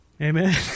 Amen